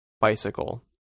bicycle